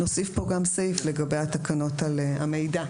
נוסיף פה גם סעיף לגבי התקנות על המידע,